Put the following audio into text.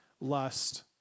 lust